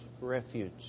refuge